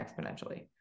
exponentially